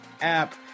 app